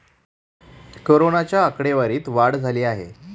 कोरोनाच्या आकडेवारीत वाढ झाली आहे